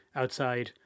outside